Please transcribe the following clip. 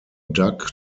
dug